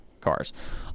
cars